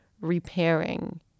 repairing